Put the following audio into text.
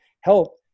help